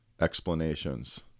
explanations